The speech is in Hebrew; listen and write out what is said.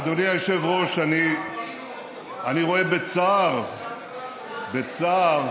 אדוני היושב-ראש, אני רואה בצער, בצער,